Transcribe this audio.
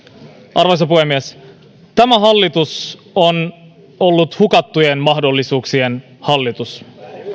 arvoisa puhemies tämä hallitus on ollut hukattujen mahdollisuuksien hallitus